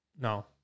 No